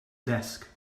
desk